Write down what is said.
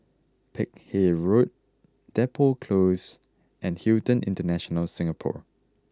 Peck Hay Road Depot Close and Hilton International Singapore